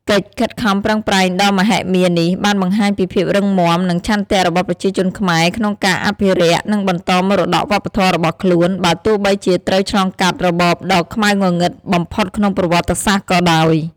កិច្ចខិតខំប្រឹងប្រែងដ៏មហិមានេះ បានបង្ហាញពីភាពរឹងមាំ និងឆន្ទៈរបស់ប្រជាជនខ្មែរក្នុងការអភិរក្ស និងបន្តមរតកវប្បធម៌របស់ខ្លួន បើទោះបីជាត្រូវឆ្លងកាត់របបដ៏ខ្មៅងងឹតបំផុតក្នុងប្រវត្តិសាស្ត្រក៏ដោយ។